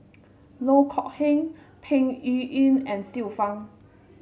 Loh Kok Heng Peng Yuyun and Xiu Fang